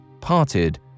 parted